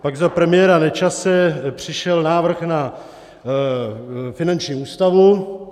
Pak za premiéra Nečase přišel návrh na finanční ústavu.